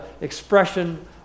expression